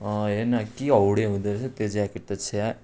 हेर्न के हाउडे हुँदोरहेछ त्यो ज्याकेट त छ्याः